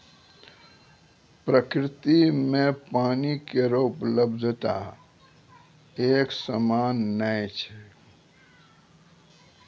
प्रकृति म पानी केरो उपलब्धता एकसमान नै छै